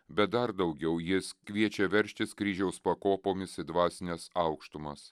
bet dar daugiau jis kviečia veržtis kryžiaus pakopomis į dvasines aukštumas